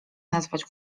nazwać